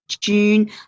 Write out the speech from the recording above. June